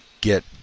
get